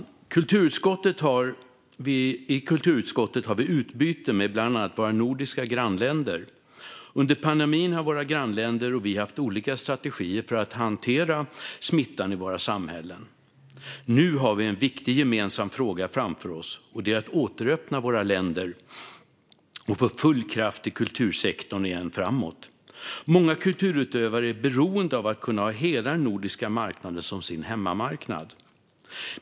I kulturutskottet har vi utbyte med bland annat våra nordiska grannländer. Under pandemin har våra grannländer och vi haft olika strategier för att hantera smittan i våra samhällen. Nu har vi en viktig gemensam fråga framför oss, och det att återöppna våra länder och få full kraft i kultursektorn igen. Många kulturutövare är beroende av att kunna ha hela den nordiska marknaden som sin hemmamarknad.